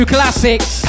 Classics